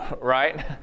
right